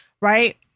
Right